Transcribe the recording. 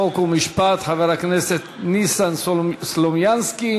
חוק ומשפט חבר הכנסת ניסן סלומינסקי.